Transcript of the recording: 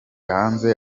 hanze